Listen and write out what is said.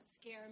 scare